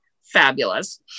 fabulous